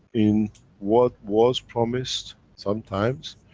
in what was promised sometimes,